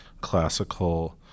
classical